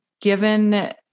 given